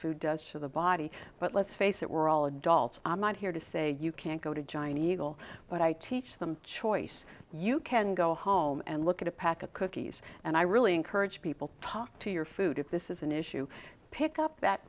food does to the body but let's face it we're all adults i'm not here to say you can't go to giant eagle but i teach them choice you can go home and look at a pack of cookies and i really encourage people to talk to your food if this is an issue pick up that